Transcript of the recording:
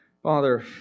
Father